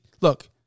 look